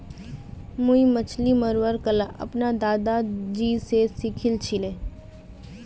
मुई मछली मरवार कला अपनार दादाजी स सीखिल छिले